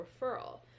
referral